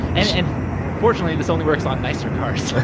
and and fortunately, this only works on nicer cars.